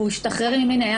ואז הוא שחרר אותי.